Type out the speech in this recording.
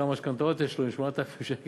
כמה משכנתאות יש לו עם 8,000 שקל.